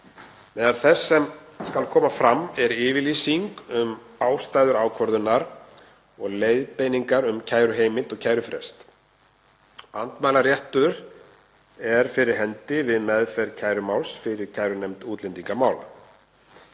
Meðal þess sem skal koma fram er yfirlýsing um ástæður ákvörðunar og leiðbeiningar um kæruheimild og kærufrest. Andmælaréttur er fyrir hendi við meðferð kærumáls fyrir kærunefnd útlendingamála.